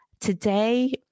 today